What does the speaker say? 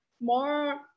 more